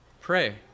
Pray